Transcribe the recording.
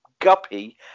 guppy